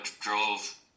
drove